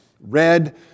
Red